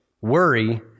worry